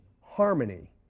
harmony